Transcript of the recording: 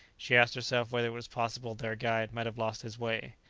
she asked herself whether it was possible their guide might have lost his way.